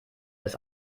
ist